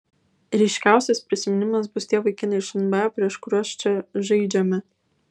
ryškiausias prisiminimas bus tie vaikinai iš nba prieš kuriuos čia žaidžiame